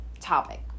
topic